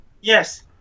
Yes